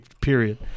period